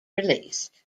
released